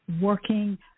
working